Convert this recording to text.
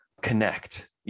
connect